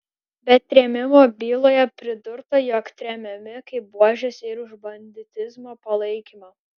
bet trėmimo byloje pridurta jog tremiami kaip buožės ir už banditizmo palaikymą